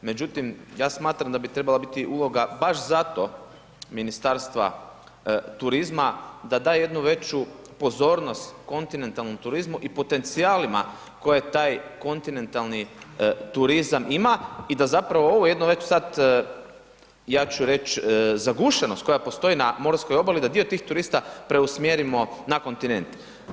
Međutim, ja smatram da bi trebala biti uloga baš zato Ministarstva turizma da da jednu veću pozornost kontinentalnom turizmu i potencijalima koji taj kontinentalni turizam ima i da zapravo ovo jedno već sad, ja ću reć, zagušenost koja postoji na morskoj obali, da dio tih turista preusmjerimo na kontinent.